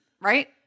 Right